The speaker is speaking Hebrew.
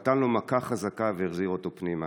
נתן לו מכה חזקה והחזיר אותו פנימה.